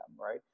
right